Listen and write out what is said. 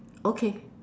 okay